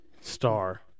star